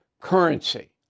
currency